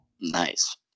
Nice